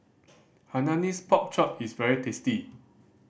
Hainanese Pork Chop is very tasty